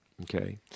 okay